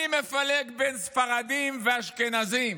אני מפלג בין ספרדים לאשכנזים,